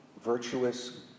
virtuous